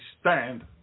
stand